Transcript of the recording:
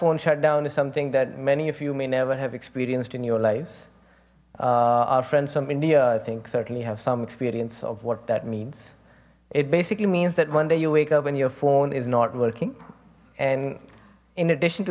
phone shut down is something that many of you may never have experienced in your lives our friends from india i think certainly have some experience of what that means it basically means that one day you wake up when your phone is not working and in addition to